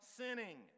sinning